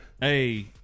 Hey